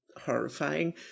horrifying